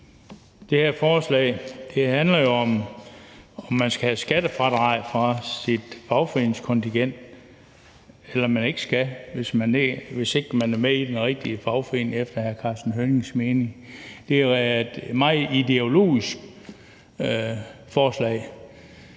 Det her forslag handler jo om, om man skal have skattefradrag for sit fagforeningskontingent, eller om man ikke skal – hvis ikke man er med i den rigtige fagforening, efter hr. Karsten Hønges mening. Det er jo et meget ideologisk forslag.